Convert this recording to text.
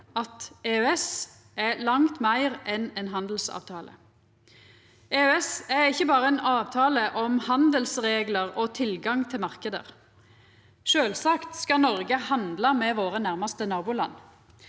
EØS er langt meir enn ein handelsavtale. EØS er ikkje berre ein avtale om handelsreglar og tilgang til marknader. Sjølvsagt skal me i Noreg handla med våre nærmaste naboland,